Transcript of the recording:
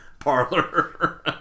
Parlor